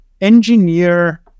engineer